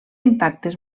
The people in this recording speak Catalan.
impactes